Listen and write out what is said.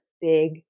big